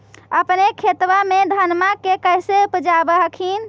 अपने खेतबा मे धन्मा के कैसे उपजाब हखिन?